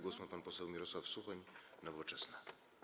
Głos ma pan poseł Mirosław Suchoń, Nowoczesna.